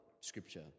scripture